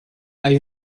hay